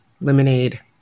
lemonade